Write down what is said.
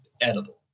edible